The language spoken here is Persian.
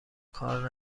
کار